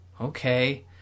okay